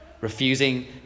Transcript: refusing